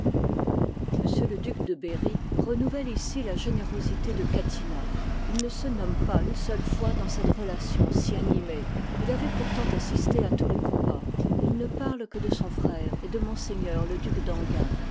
m le duc de berry renouvelle ici u générosité de catinat il ne se nomme pas une seule fois dans cette relation si animée il avoit pourtant assisté à tous les combats il ne parle que de son frère et de ms le duc